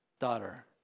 daughter